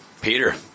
Peter